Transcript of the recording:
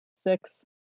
six